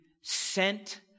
sent